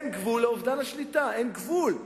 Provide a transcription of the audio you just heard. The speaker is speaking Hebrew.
אין גבול לאובדן השליטה, אין גבול.